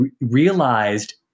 realized